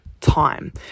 time